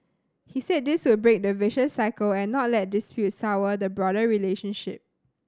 he said this would break the vicious cycle and not let disputes sour the broader relationship